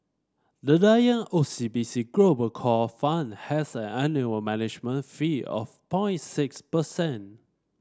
the Lion O C B C Global Core Fund has an annual management fee of point six percent